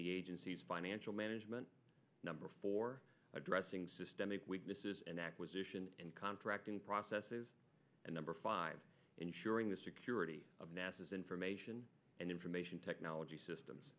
the agency's financial management number four addressing systemic weaknesses and acquisition and contracting process is a number five ensuring the security of nasa's information and information technology systems